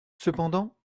cependant